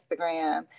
Instagram